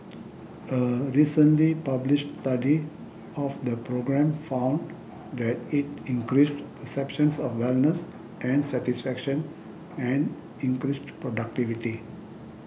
a recently published study of the program found that it increased perceptions of wellness and satisfaction and increased productivity